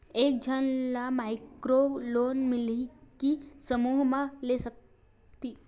एक झन ला माइक्रो लोन मिलथे कि समूह मा ले सकती?